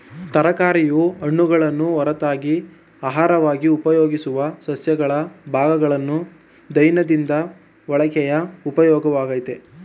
ತರಕಾರಿಯು ಹಣ್ಣುಗಳನ್ನು ಹೊರತಾಗಿ ಅಹಾರವಾಗಿ ಉಪಯೋಗಿಸುವ ಸಸ್ಯಗಳ ಭಾಗಗಳು ದೈನಂದಿನ ಬಳಕೆಯ ಉಪಯೋಗವಾಗಯ್ತೆ